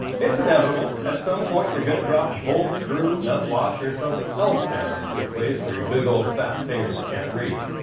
it's inevitable, at some point you're gonna drop a bolt, screw, nut, washer or something else down into a place where your big old fat fingers can't reach.